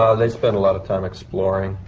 they spent a lot of time exploring.